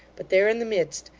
but there, in the midst,